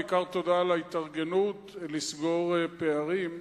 ובעיקר תודה על ההתארגנות לסגור פערים.